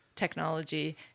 technology